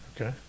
Okay